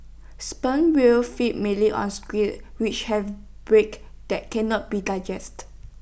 sperm whales feed mainly on squid which have beaks that cannot be digested